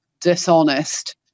dishonest